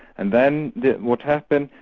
and then then what happened,